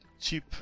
cheap